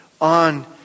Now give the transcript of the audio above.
on